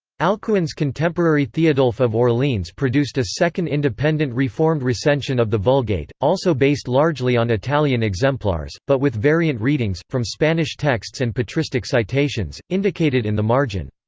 alcuin's contemporary theodulf of orleans produced a second independent independent reformed recension of the vulgate, also based largely on italian exemplars, but with variant readings, from spanish texts and patristic citations, indicated in the margin.